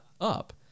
up